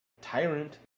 tyrant